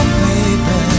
baby